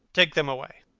take them away.